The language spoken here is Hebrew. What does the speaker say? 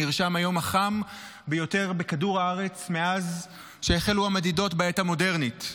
נרשם היום החם ביותר בכדור הארץ מאז שהחלו המדידות בעת המודרנית.